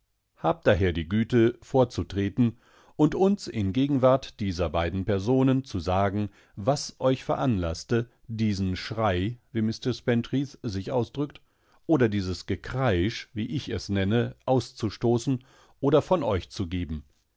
habt daher die güte vorzutreten und uns in gegenwart dieser beiden personen zu sagen waseuchveranlaßte diesenschrei wiemistreßpentreathsichausdrückt oder dieses gekreisch wie ich es nenne auszustoßen oder von euch zu geben